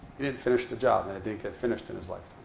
he didn't finish the job. and it didn't get finished in his life.